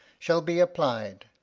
shall be apply'd.